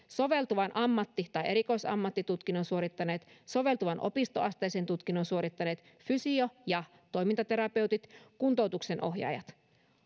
soveltuvan ammatti tai erikoisammattitutkinnon suorittaneet soveltuvan opistoasteisen tutkinnon suorittaneet fysio ja toimintaterapeutit kuntoutuksen ohjaajat